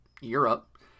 Europe